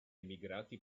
emigrati